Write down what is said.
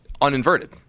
uninverted